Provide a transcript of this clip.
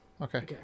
Okay